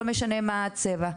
לא משנה מה הצבע.